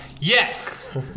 Yes